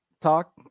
talk